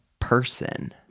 person